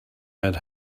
had